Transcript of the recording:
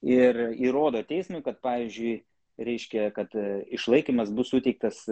ir įrodo teismui kad pavyzdžiui reiškia kad išlaikymas bus suteiktas